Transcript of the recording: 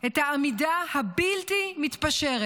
את העמידה הבלתי-מתפשרת